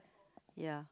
ya